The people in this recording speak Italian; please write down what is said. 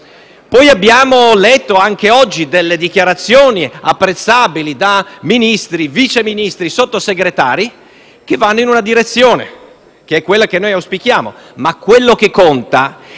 Abbiamo letto anche oggi delle dichiarazioni apprezzabili da Ministri, Vice Ministri, Sottosegretari, che vanno in una direzione, che è quella che noi auspichiamo. Ma quello che conta